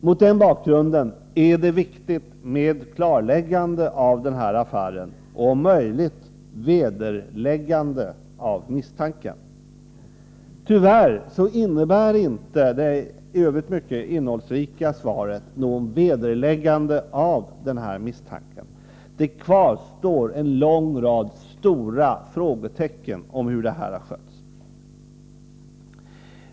Mot den bakgrunden är det viktigt med ett klarläggande av den här affären och om möjligt ett vederläggande av misstanken. Tyvärr innebär inte det i övrigt mycket innehållsrika svaret något vederläggande av denna misstanke. Det kvarstår en lång rad stora frågetecken vad gäller hur detta har skötts.